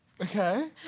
Okay